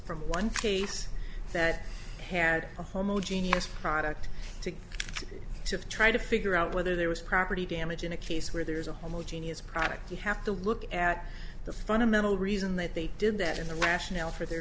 from one case that had a homo genius product to to try to figure out whether there was property damage in a case where there's a homogeneous product you have to look at the fundamental reason that they did that in the rationale for their